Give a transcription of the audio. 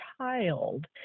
child